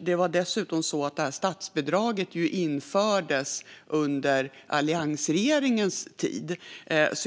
Det är dessutom så att statsbidraget infördes under alliansregeringens tid.